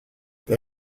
they